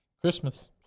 Christmas